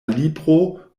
libro